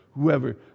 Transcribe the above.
whoever